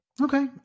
Okay